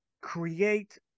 create